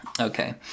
Okay